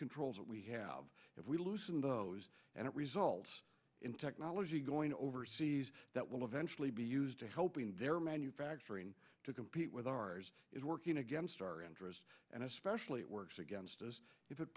control that we have if we loosen those and it results in technology going overseas that will eventually be used to helping their manufacturing to compete with ours is working against our interests and especially it works against us if it